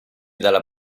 dalla